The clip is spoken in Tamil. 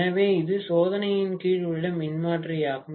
எனவே இது சோதனையின் கீழ் உள்ள மின்மாற்றி ஆகும்